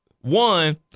One